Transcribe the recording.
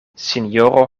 sinjoro